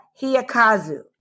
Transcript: hiyakazu